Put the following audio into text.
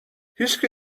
هیشکی